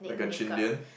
like a Chindian